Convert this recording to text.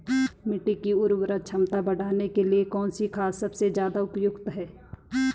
मिट्टी की उर्वरा क्षमता बढ़ाने के लिए कौन सी खाद सबसे ज़्यादा उपयुक्त है?